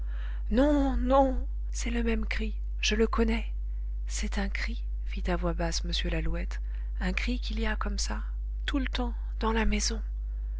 non non c'est le même cri je le connais c'est un cri fit à voix basse m lalouette un cri qu'il y a comme ça tout le temps dans la maison